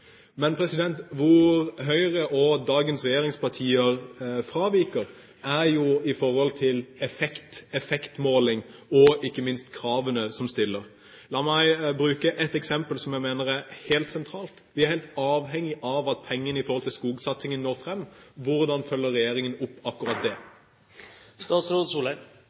Høyre og dagens regjeringspartier fraviker, er i forhold til effektmåling og ikke minst kravene som stilles. La meg bruke et eksempel som jeg mener er helt sentralt. Vi er helt avhengige av at pengene til skogsatsingen når fram. Hvordan følger regjeringen opp akkurat